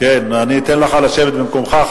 אתן לך לשבת במקומך.